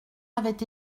avait